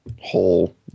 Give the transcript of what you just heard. whole